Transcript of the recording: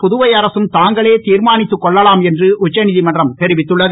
புதுவை அரசும் தாங்களே தீர்மானித்துக் கொள்ளலாம் என்று உச்ச நீதிமன்றம் தெரிவித்துள்ளது